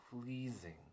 pleasing